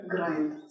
Grind